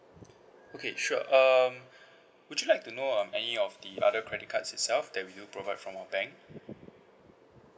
okay sure um would you like to know um any of the other credit cards itself that we do provide from our bank